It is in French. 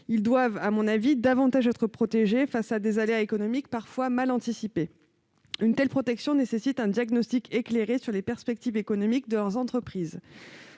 sens, doivent davantage être protégés face à des aléas économiques parfois mal anticipés. Une telle protection nécessite un diagnostic éclairé sur les perspectives économiques de leurs entreprises.